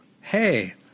hey